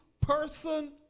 person